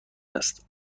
است